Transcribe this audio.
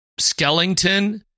Skellington